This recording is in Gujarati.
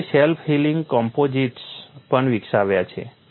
લોકોએ સેલ્ફ હીલિંગ કમ્પોઝિટ્સ પણ વિકસાવ્યા છે